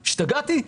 השתגעתי?